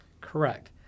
Correct